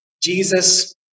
Jesus